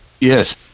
Yes